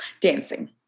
Dancing